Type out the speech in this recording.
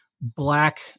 black